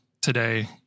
today